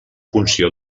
funció